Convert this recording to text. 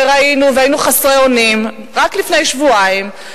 שראינו והיינו חסרי אונים רק לפני שבועיים,